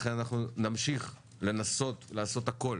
לכן, אנחנו נמשיך לנסות לעשות הכול